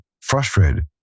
frustrated